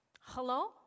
Hello